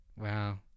wow